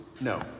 No